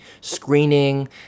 screening